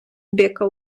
бика